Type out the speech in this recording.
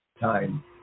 time